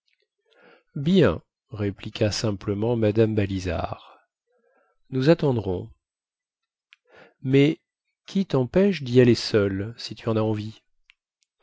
bien répliqua simplement mme balizard nous attendrons mais qui tempêche dy aller seule si tu en as envie